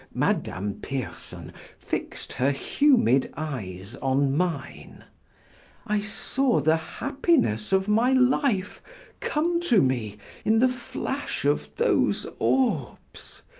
madame pierson fixed her humid eyes on mine i saw the happiness of my life come to me in the flash of those orbs.